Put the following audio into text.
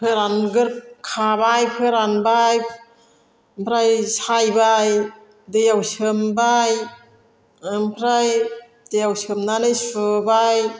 फोरानगोर खाबाय फोरानबाय ओमफ्राय सायबाय दैयाव सोमबाय ओमफ्राय दैयाव सोमनानै सुबाय